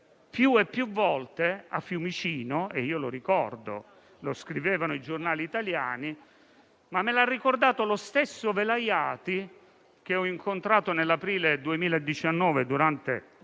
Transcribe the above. più e più volte a Fiumicino. Lo ricordo, lo scrivevano i giornali italiani, ma me l'ha ricordato lo stesso Velayati, che ho incontrato nell'aprile del 2019, durante